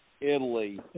Italy